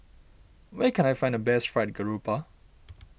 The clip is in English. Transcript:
where can I find the best Fried Garoupa